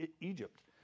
Egypt